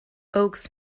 oaks